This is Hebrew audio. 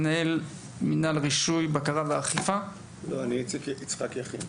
יצחק יכין - מנהל אגף אכיפה משרד החינוך,